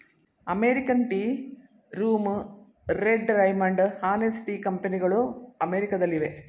American tea room, red Raymond, honest tea ಕಂಪನಿಗಳು ಅಮೆರಿಕದಲ್ಲಿವೆ